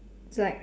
it's like